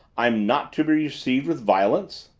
i am not to be received with violence?